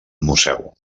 museu